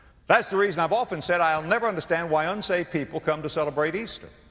that's the reason i've often said, i'll never understand why unsaved people come to celebrate easter.